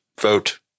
vote